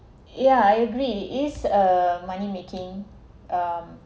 yeah I agree is uh money making um